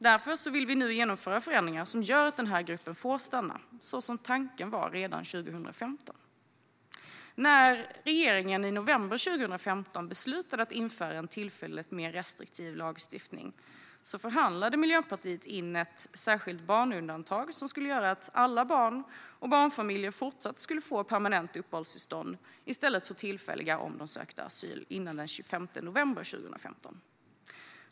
Därför vill vi genomföra förändringar som gör att denna grupp får stanna, så som tanken var redan 2015. När regeringen i november 2015 beslutade att införa en tillfälligt mer restriktiv lagstiftning förhandlade Miljöpartiet in ett särskilt barnundantag som skulle göra att alla barn och barnfamiljer skulle fortsätta att få permanenta uppehållstillstånd i stället för tillfälliga om de sökte asyl före den 25 november 2015.